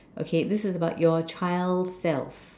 okay this is about your child self